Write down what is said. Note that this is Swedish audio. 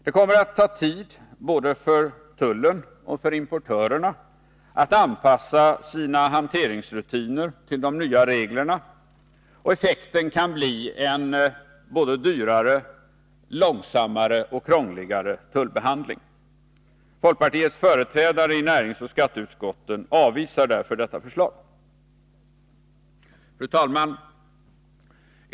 Det kommer att ta tid både för tullen och för importörerna att anpassa sina hanteringsrutiner till de nya reglerna, och effekten kan bli en både dyrare, långsammare och krångligare tullbehandling. Folkpartiets företrädare i näringsoch skatteutskotten avvisar därför detta förslag. Fru talman!